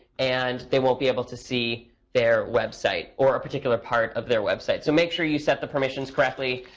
and they won't be able to see their website. or a particular part of their website. so make sure you set the permissions correctly.